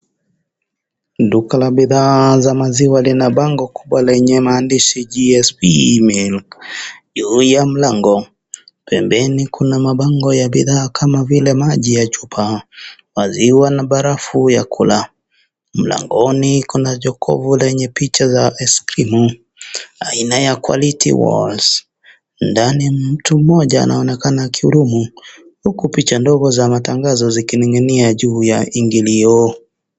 Duka la bidhaa za maziwa lina bango kubwa lenye maandishi " GSP Milk" juu ya mlango. Pembeni kuna mabango ya bidhaa kama vile maji ya chupa, maziwa na barafu ya kula. Mlangoni kuna jokovu lenye picha za aiskrimu aina ya Quality walls . Ndani, mtu mmoja anaonekana akihudumu huku picha ndogo za tangazo zikining'inia juu ya ingilio.